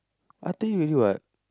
I tell you already what